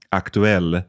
aktuell